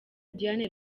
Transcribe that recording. diane